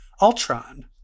Ultron